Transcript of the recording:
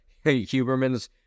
Huberman's